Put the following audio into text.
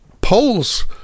Polls